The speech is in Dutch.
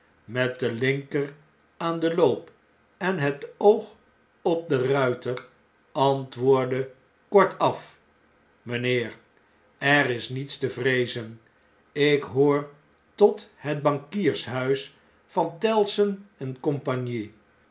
met de linker aan den loop en het oog op den ruiter antwoordde kortaf mtjnheer b er is niets te vreezen ik behoor tot het bankiershuis van tellson en